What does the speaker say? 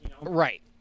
Right